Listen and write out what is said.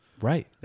Right